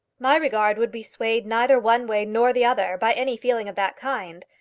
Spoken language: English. my regard would be swayed neither one way nor the other by any feeling of that kind.